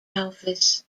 office